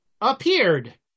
appeared